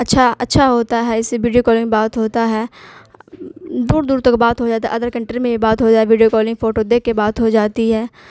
اچھا اچھا ہوتا ہے اس سے ویڈیو کالنگ بات ہوتا ہے دور دور تک بات ہو جاتا ہے ادر کنٹری میں بھی بات ہو جائے ویڈیو کالنگ فوٹو دیکھ کے بات ہو جاتی ہے